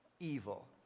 evil